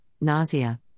nausea